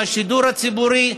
עם השידור הציבורי,